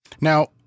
Now